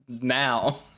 now